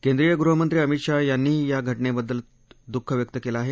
केंद्रीय गृहमंत्री अमित शाह यांनीही या घटनेबद्दल दुःख व्यक्त केलं आहे